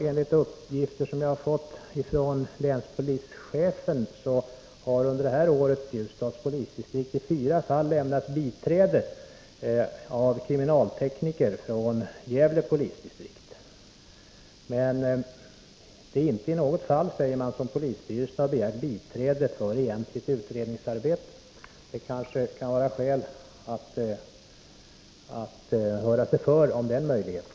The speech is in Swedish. Enligt uppgifter som jag har fått från länspolischefen har under detta år Ljusdals polisdistrikt i fyra fall fått hjälp av kriminaltekniker från Gävle polisdistrikt, men inte i något fall har polisstyrelsen begärt biträde för egentligt utredningsarbete. Det kan kanske vara skäl att höra sig för om den möjligheten.